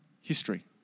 history